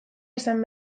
izan